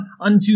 unto